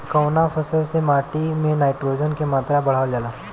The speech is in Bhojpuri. कवना फसल से माटी में नाइट्रोजन के मात्रा बढ़ावल जाला?